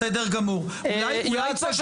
בסדר גמור, אולי תגיב